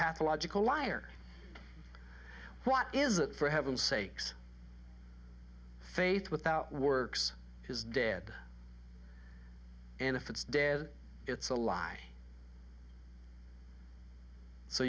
pathological liar what is it for heaven's sakes faith without works is dead and if it's dead it's a lie so